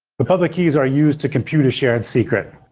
but public keys are used to compute a shared secret.